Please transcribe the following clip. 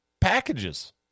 packages